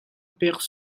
pek